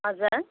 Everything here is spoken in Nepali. हजुर